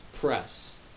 press